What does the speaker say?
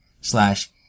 slash